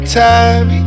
time